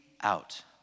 out